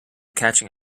catching